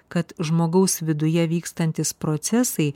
kad žmogaus viduje vykstantys procesai